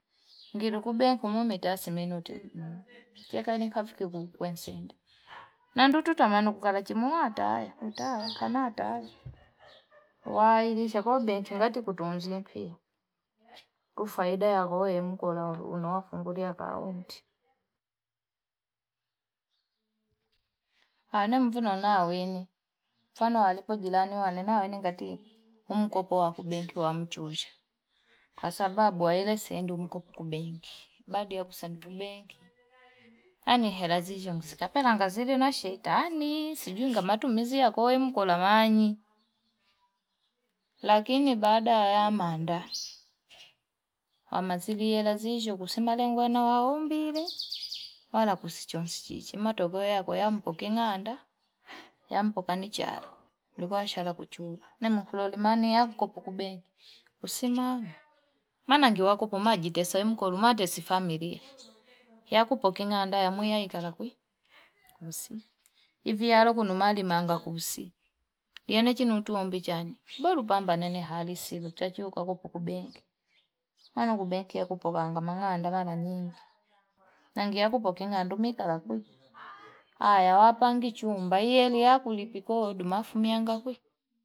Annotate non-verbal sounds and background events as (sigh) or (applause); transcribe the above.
Ngiru kube kumomenta si menoti (noise) na ndutu tamani kukalachi chimoataya utaya ukenataya wailisha ko beki ngati kutunzie mpi kufaida ya akoye mkola uliwafungulia kaunti anemvino na weni mfano alipo jilani wane nawe ninga tia umkopo wa kubenki wamchuzi kwasababu aeleseni mkopo kubenki badi kusendi kubenki (noise) hali nola zizonje kapelanga zile nashetani sijui ngamatumizi ya koemkola anyi lakini baada ya manda (noise) amaziliela zisho si malengo nawaombile (noise) kala kusichonsile che matokeo yakwe na mkuki nandaa, yampokani chai nikua nsha anza kuchunda nemo kuloli mane ya mkopu kubenki kusemana managewakoko maji tese mkolo matesi famili yakupoki nanda yamwii ya ikaka kwi kumsi iviyalo kunumalimanga kusii niyanechi tuombi chani monupamba na hali si chachu kwakukupu benki, maana huku benki hakupo kaanga mang'anda mengi nani akupoki andu mikala kwi aya wapangi chumba i yeli yakulipi kodi yafumianga kwi.